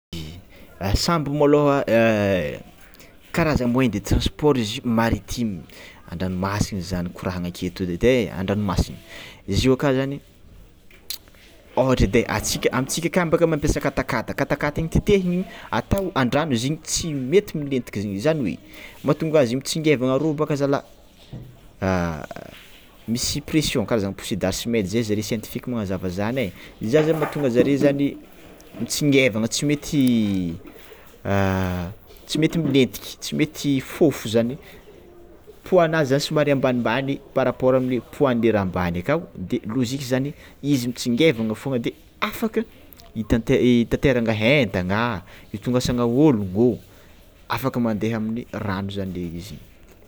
Sambo malôha karazana moyen de trasport izy io maritime, an-dranomasigny zany korahana aketo zany edy e, an-dranomasiny, izy io aka zany ôhatra edy e, antsika amintsika akagny bôka mampiasa katakata igny titehiny igny atao an-dragno izy igny tsy mety milentika izy igny, zany hoe matonga azy igny mitsingevana robaka zalah misy pression karazana poussée d'archimedy, zay zare siantifiky magnazava zany, iza zany matonga zare zany mitsingevana tsy mety tsy mety milentiky tsy mety fofo zany poids-nazy zany somary ambanimbany par rapport amle poids-nle raha ambany akao de lôzika zany izy mitsingevana fôgna de afa hitante- hitanterana entana, hitongasana ologno, afaka mande amy ragni zany izy.